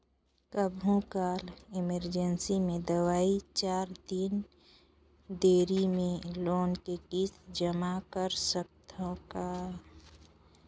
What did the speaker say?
कभू काल इमरजेंसी मे दुई चार दिन देरी मे लोन के किस्त जमा कर सकत हवं का?